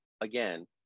again